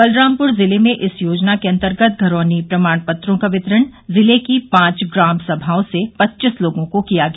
बलरामपुर जिले में इस योजना के अंतर्गत घरोनी प्रमाण पत्रों का वितरण जिले के पांच ग्राम सभाओं से पच्चीस लोगों को किया गया